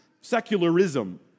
secularism